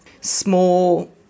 small